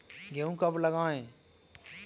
गेहूँ कब लगाएँ?